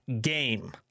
game